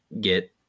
get